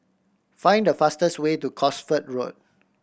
find the fastest way to Cosford Road